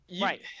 Right